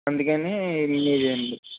అందుకనీ